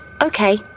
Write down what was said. okay